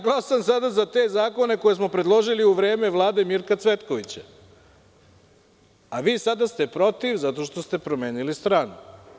Glasam sada za te zakone koje smo predložili u vreme Vlade Mirka Cvetkovića, a vi ste sada protiv zato što ste promenili stranu.